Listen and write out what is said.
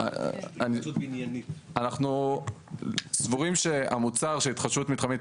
אנחנו סבורים שהמוצר של ההתחדשות המתחמית,